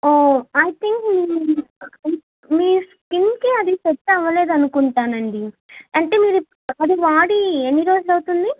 I think మీ మీ స్కిన్కి అది సెట్ అవ్వలేదు అనుకుంటానండి అంటే ఇప్పుడు అది వాడి ఎన్ని రోజులు అవుతుంది